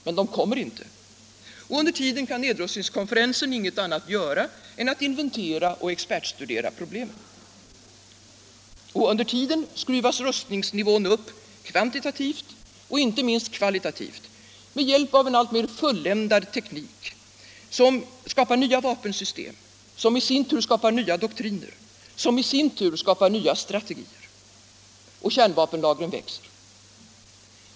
Men de kommer inte. Och under tiden kan nedrustningskonferensen ingenting annat göra än att inventera och expertstudera problemen. Rustningsnivån skruvas också upp kvantitativt och inte minst kvalitativt med hjälp av en alltmera fulländad teknik som skapar nya vapensystem som i sin tur skapar nya doktriner som i sin tur skapar nya strategier. Och kärnvapenlagren växer.